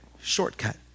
shortcut